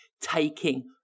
taking